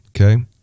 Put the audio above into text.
Okay